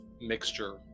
mixture